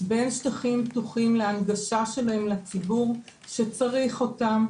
בין שטחים פתוחים להנגשה שלהם לציבור שצריך אותם,